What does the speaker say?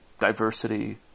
diversity